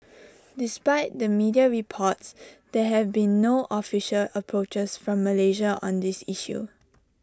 despite the media reports there have been no official approaches from Malaysia on this issue